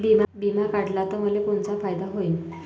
बिमा काढला त मले कोनचा फायदा होईन?